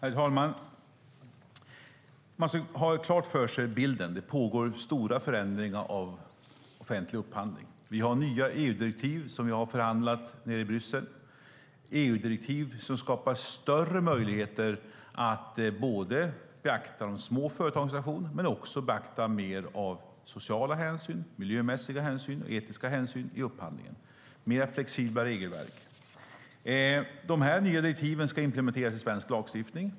Herr talman! Man ska ha bilden klar för sig. Det pågår stora förändringar av offentlig upphandling. Vi har nya EU-direktiv som vi har förhandlat nere i Bryssel som skapar större möjligheter att beakta de små företagens organisation men också mer av sociala, miljömässiga och etiska hänsyn i upphandlingen med mer flexibla regelverk. De nya direktiven ska implementeras i svensk lagstiftning.